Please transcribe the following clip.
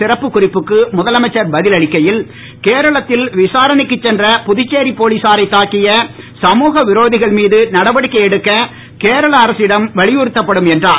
சிறப்பு குறிப்புக்கு முதலமைச்சர் பதில் அளிக்கையில் கேரளத்தில் விசாரணைக்கு சென்ற புதுச்சேரி போலீசாரை தாக்கிய சமூக விரோதிகள் மீது நடவடிக்கை எடுக்க கேரள அரசிடம் வலியுறுத்தப்படும் என்றார்